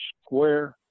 square